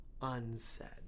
unsaid